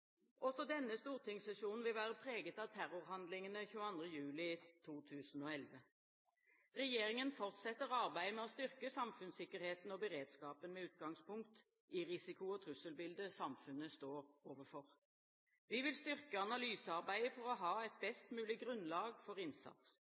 Også denne stortingssesjonen vil være preget av terrorhandlingene 22. juli 2011. Regjeringen fortsetter arbeidet med å styrke samfunnssikkerheten og beredskapen, med utgangspunkt i risiko- og trusselbildet samfunnet står overfor. Vi vil styrke analysearbeidet for å ha et